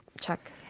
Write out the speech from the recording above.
check